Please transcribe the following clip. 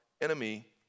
enemy